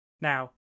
Now